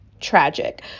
tragic